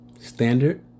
standard